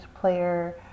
player